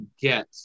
get